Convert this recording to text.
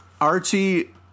Archie